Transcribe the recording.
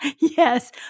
yes